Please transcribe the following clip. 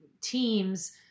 teams